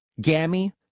Gammy